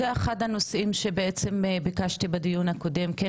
זה אחד הנושאים שבעצם ביקשתי בדיון הקודם, כן